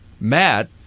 Matt